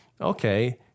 okay